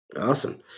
Awesome